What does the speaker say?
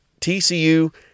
TCU